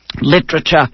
literature